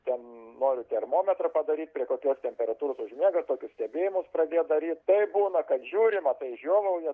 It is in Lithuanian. ten noriu termometrą padaryt prie kokios temperatūros užmiega tokius stebėjimus pradėjo daryt tai būna kad žiūri matai žiovauja